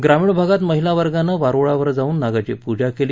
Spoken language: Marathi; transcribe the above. ग्रामीण भागात महिलावर्गाने वारुळावर जाऊन नागाची पूजा केली